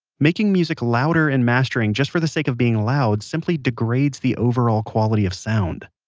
making music louder in mastering, just for the sake of being loud, simply degrades the overall quality of sound.